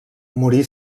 morí